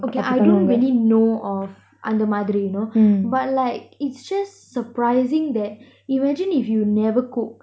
okay I don't really know of அந்த மாதிரி:antha maathiri you know but like it's just surprising that imagine if you never cook